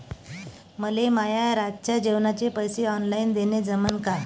मले माये रातच्या जेवाचे पैसे ऑनलाईन देणं जमन का?